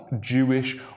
Jewish